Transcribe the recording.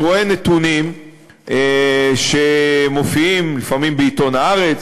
אני רואה נתונים שמופיעים לפעמים בעיתון "הארץ",